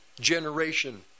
generation